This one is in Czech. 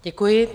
Děkuji.